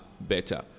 better